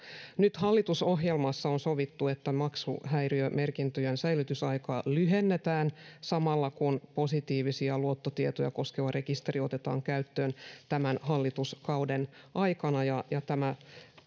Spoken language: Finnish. nyt hallitusohjelmassa on sovittu että maksuhäiriömerkintöjen säilytysaikaa lyhennetään samalla kun positiivisia luottotietoja koskeva rekisteri otetaan käyttöön tämän hallituskauden aikana ja ja